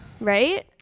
right